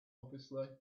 obviously